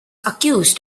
accused